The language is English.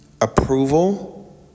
approval